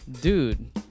dude